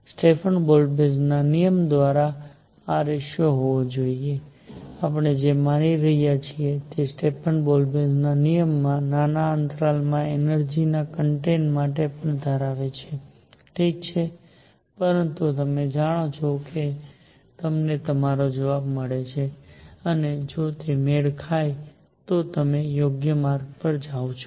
Stefan Boltzmann ના નિયમ દ્વારા આ રેશિયો હોવો જોઈએ આપણે જે માની રહ્યા છીએ તે સ્ટેફન બોલ્ટ્ઝમેન ના નિયમમાં નાના અંતરાલમાં એનર્જીના કોન્ટેન્ટ માટે પણ ધરાવે છે ઠીક છે પરંતુ તમે જાણો છો કે તમને તમારો જવાબ મળે છે અને જો તે મેળ ખાય છે તો તમે યોગ્ય માર્ગ પર છો